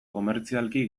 komertzialki